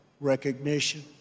recognition